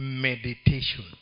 Meditation